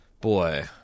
Boy